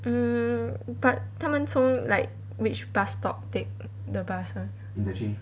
mm but 他们从 like which bus stop take the bus [one]